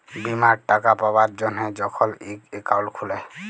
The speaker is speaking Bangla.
বীমার টাকা পাবার জ্যনহে যখল ইক একাউল্ট খুলে